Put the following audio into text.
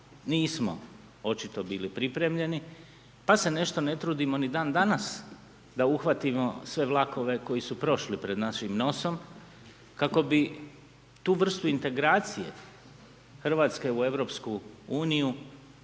nismo očito bili pripremljeni, pa se nešto ne trudimo ni dan danas da uhvatimo sve vlakove koji su prošli pred našim nosom, kako bi tu vrstu integraciju Hrvatske u Europsku uniju,